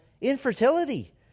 infertility